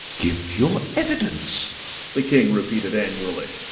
give your evidence the king repeated angrily,